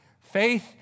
Faith